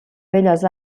belles